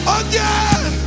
again